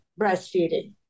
breastfeeding